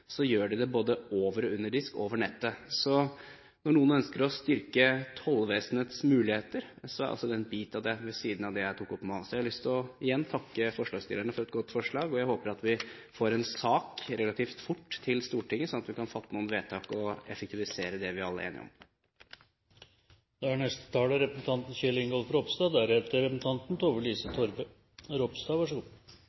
Så når noen ønsker å styrke Tollvesenets muligheter, er dette altså en bit av det ved siden av det jeg tok opp nå. Så jeg har lyst til igjen å takke forslagsstillerne for et godt forslag, og jeg håper at vi relativt fort får en sak til Stortinget, slik at vi kan fatte noen vedtak og effektuere det vi alle er enige om.